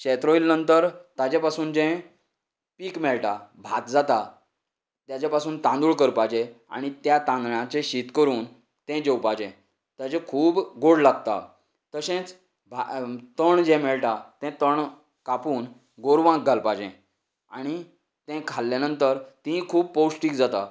शेत रोयलें नंतर ताचे पासून जे पीक मेळटा भात जाता तेजे पासून तांदूळ करपाचे आनी त्या तांदळांचे शीत करून तें जेवपाचे ताजे खूब गोड लागता तशेंच भा तण जे मेळटा तें तण कापून गोरवांक घालपाचें आनी तें खाल्ल्या नंतर ती खूब पौश्टीक जाता